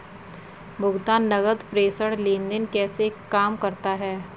भुगतान नकद प्रेषण लेनदेन कैसे काम करता है?